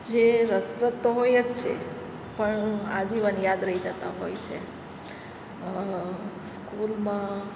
જે રસપ્રદ તો હોય જ છે પણ આજીવન યાદ રહી જતાં હોય છે સ્કૂલમાં